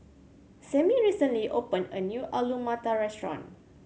Samie recently opened a new Alu Matar Restaurant